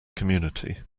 community